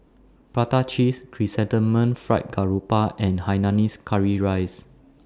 Prata Cheese Chrysanthemum Fried Garoupa and Hainanese Curry Rice